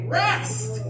rest